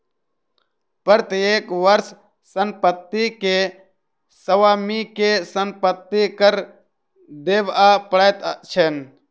प्रत्येक वर्ष संपत्ति के स्वामी के संपत्ति कर देबअ पड़ैत छैन